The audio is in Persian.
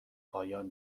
پایان